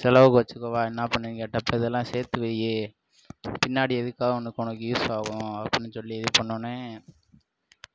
செலவுக்கு வச்சுக்கவா என்ன பண்ணன்னு கேட்டப்போ இதல்லாம் சேர்த்து வைய் பின்னாடி எதுக்காவது உனக்கு ஒன்று யூஸ் ஆகும் அப்படின்னு சொல்லி இது பண்ணோனே